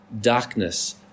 darkness